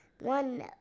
one